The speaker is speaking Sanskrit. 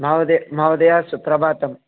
महोदय महोदय सुप्रभातम्